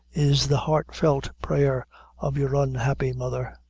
is the heart-felt prayer of your unhappy mother!